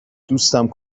دوستم